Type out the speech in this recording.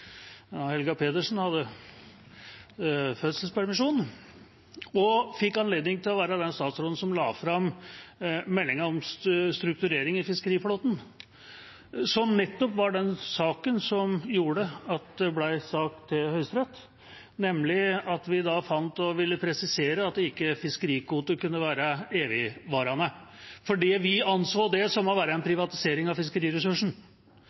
la fram meldinga om strukturering i fiskeriflåten, nettopp den saken som gjorde at det ble sak i Høyesterett. Vi fant og ville presisere at fiskerikvoter ikke kunne være evigvarende, for vi anså det som å være en privatisering av